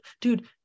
Dude